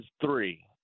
three